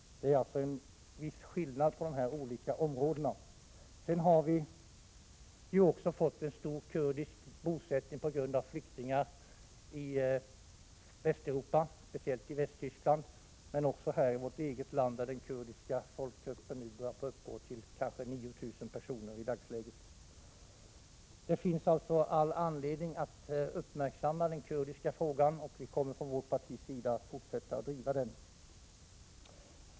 Det är alltså en viss skillnad på de olika områdena. På grund av de många flyktingarna har vi fått en stor kurdisk bosättning i Västeuropa, speciellt i Västtyskland men också i vårt eget land. Den kurdiska folkgruppen uppgår i dagsläget till ca 9 000 personer i Sverige. Det finns alltså all anledning att uppmärksamma den kurdiska frågan, och vi kommer från vårt partis sida att fortsätta att driva den.